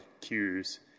cues